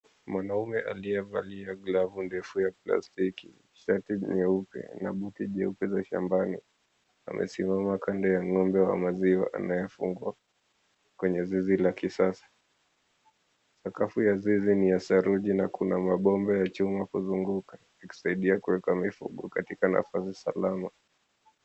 Mwanaume aliyevalia glavu ndefu ya plastiki shati nyeupe na koti nyeupe la shambani, amesimama kando ya ng'ombe wa maziwa anayefungwa kwenye zizi la kisasa. Sakafu ya zizi ni ya saruji na kuna mabombe ya chuma kuzunguka ikisaidia kuweka wefu katika nafasi salama.